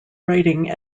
writing